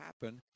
happen